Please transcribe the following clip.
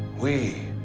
we